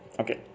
okay